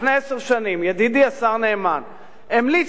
לפני עשר שנים ידידי השר נאמן המליץ